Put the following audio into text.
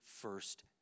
first